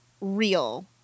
real